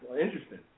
Interesting